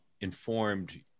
informed